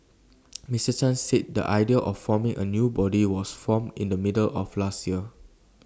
Mr chan said the idea of forming A new body was formed in the middle of last year